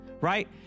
right